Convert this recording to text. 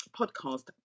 podcast